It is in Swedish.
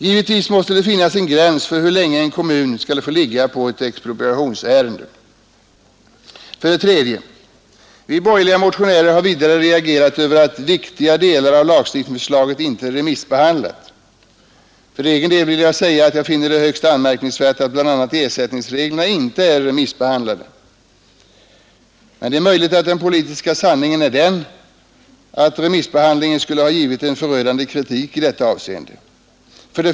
Givetvis måste det finnas en gräns för hur länge en kommun skall få ligga på ett expropriationsärende. 3. Vi borgerliga motionärer har vidare reagerat över att viktiga delar av lagstiftningsförslaget inte är remissbehandlade. För egen del vill jag säga att jag finner det högst anmärkningsvärt att bl.a. ersättningsreglerna inte är remissbehandlade. Men det är möjligt att den politiska sanningen är den att en remissbehandling skulle givit en förödande kritik i detta avseende.